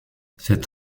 cette